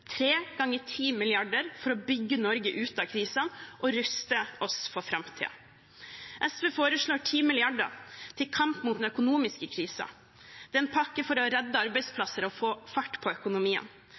tre kriser: 3x10 mrd kr for å bygge Norge ut av krisen og ruste oss for framtiden. SV foreslår 10 mrd. kr til kamp mot den økonomiske krisen. Det er en pakke for å redde